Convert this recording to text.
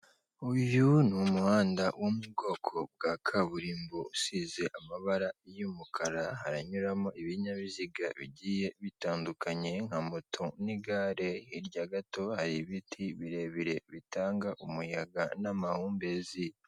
Uyu ni umuhanda wo mu bwoko bwa kaburimbo usize amabara y'umukara haranyuramo ibinyabiziga bigiye bitandukanye nka moto n'igare hirya gato hari ibiti birebire bitanga umuyaga n'amahumbezi.